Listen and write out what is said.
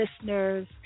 listeners